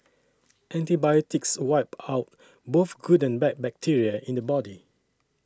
antibiotics wipe out both good and bad bacteria in the body